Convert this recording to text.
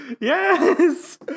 Yes